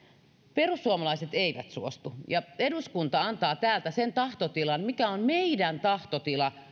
perussuomalaiset eivät suostu eduskunta antaa täältä sen tahtotilan mikä on meidän tahtotilamme